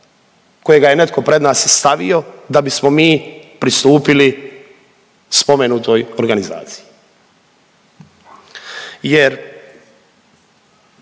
kojega je netko pred nas stavio da bismo mi pristupili spomenutoj organizaciji.